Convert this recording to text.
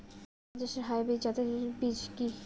ধান চাষের হাইব্রিড জাতের বীজ কি?